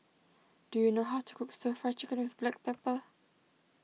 do you know how to cook Stir Fry Chicken with Black Pepper